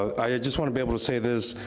i just wanna be able to say this,